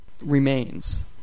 remains